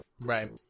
Right